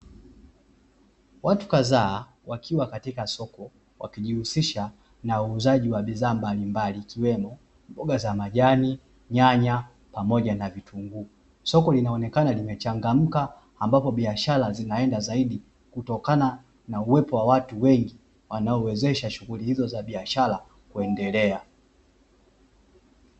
Watu kadhaa wakiwa katika soko, wakijihusisha na uuzaji wa bidhaa mbalimbali ikiwemo mboga za majani, nyanya, pamoja na vitunguu. Soko linaonekana limechangamka ambapo biashara zinaenda zaidi kutokana na uwepo wa watu wengi, wanaowezesha shughuli hizo za biashara kuendelea.